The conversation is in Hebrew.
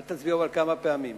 אבל אל תצביעו כמה פעמים.